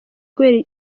kubera